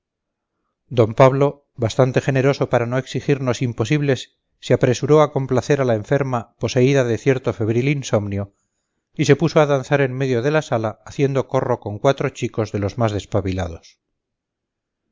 d pablo bastante generoso para no exigirnos imposibles se apresuró a complacer a la enferma poseída de cierto febril insomnio y se puso a danzar en medio de la sala haciendo corro con cuatro chicos de los más despabilados